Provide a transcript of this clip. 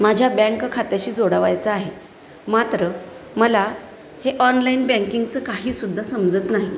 माझ्या बँक खात्याशी जोडावयाचा आहे मात्र मला हे ऑनलाईन बँकिंगचं काहीसुद्धा समजत नाही